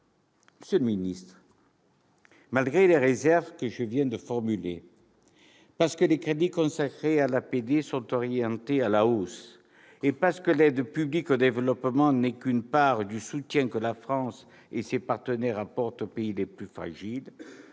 Monsieur le ministre, malgré les réserves que je viens de formuler, parce que les crédits consacrés à l'APD sont orientés à la hausse et parce que l'aide publique au développement n'est qu'une part du soutien que la France et ses partenaires apportent aux pays les plus fragiles,